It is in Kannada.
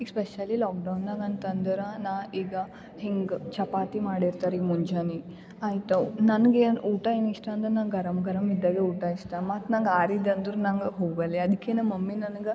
ಇಟ್ಸ್ ಸ್ಪೆಷಲಿ ಲಾಕ್ಡೌನಾಗ ಅಂತಂದ್ರೆ ನಾ ಈಗ ಹಿಂಗೆ ಚಪಾತಿ ಮಾಡಿರ್ತಾರೆ ಈಗ ಮುಂಜಾನೆ ಆಯಿತು ನನಗೆ ಊಟ ಏನು ಇಷ್ಟ ಅಂದರೆ ನಂಗೆ ಗರಮ್ ಗರಮ್ ಇದ್ದಾಗೆ ಊಟ ಇಷ್ಟ ಮತ್ತು ನಂಗೆ ಆರಿದ್ದು ಅಂದರು ನಂಗೆ ಹೋಗಲ್ಯಾ ಅದ್ಕೆ ನಮ್ಮ ಮಮ್ಮಿ ನನ್ಗೆ